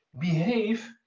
Behave